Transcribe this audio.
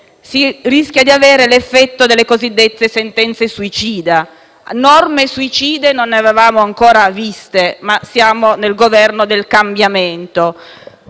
involontariamente, l'effetto delle cosiddette sentenze suicide. Norme suicide non ne avevamo ancora viste, ma siamo nel Governo del cambiamento.